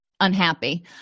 unhappy